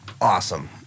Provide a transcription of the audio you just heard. awesome